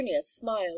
smiled